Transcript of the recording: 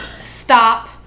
Stop